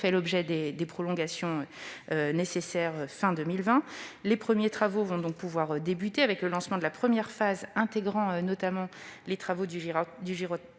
fait l'objet des prolongations nécessaires à la fin de l'année 2020. Les premiers travaux vont donc pouvoir débuter, avec le lancement de la première phase intégrant, notamment, les travaux du giratoire